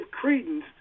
credence